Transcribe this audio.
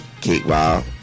Kickball